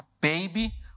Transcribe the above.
baby